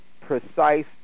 precise